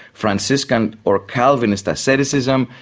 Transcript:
franciscan or calvinist asceticism,